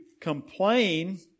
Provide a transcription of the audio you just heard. complain